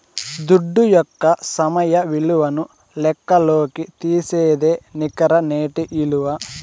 దుడ్డు యొక్క సమయ విలువను లెక్కల్లోకి తీసేదే నికర నేటి ఇలువ